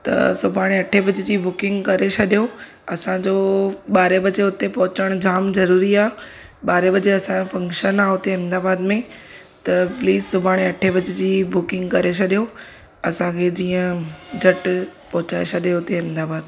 त सुभाणे अठे बजे जी बुकिंग करे छॾियो असांजो ॿारहे बजे हुते पहुचण जाम ज़रूरी आहे ॿारहे बजे असांजो फंक्शन आहे हुते अहमदाबाद में त प्लीज़ सुभाणे अठे बजे जी बुकिंग करे छॾियो असांखे जीअं झट पहुचाए छॾे हुते अहमदाबाद